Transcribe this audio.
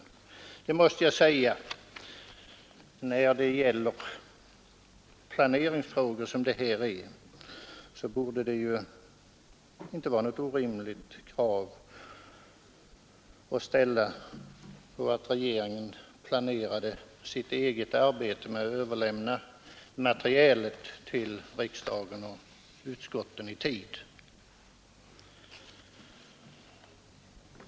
Och jag måste säga att när det som här gäller planeringsfrågor borde det inte vara något orimligt krav att regeringen skulle ha planerat sitt eget arbete så att materialet kunnat överlämnas till riksdagen och utskotten i tid.